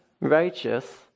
righteous